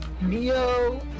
Neo